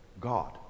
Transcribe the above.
God